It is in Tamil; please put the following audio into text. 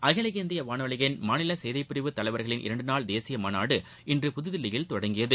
அகில இந்திய வானொலியின் மாநில செய்திப்பிரிவு தலைவர்களின் இரண்டு நாள் தேசிய மாநாடு இன்று புதுதில்லியில் தொடங்கியது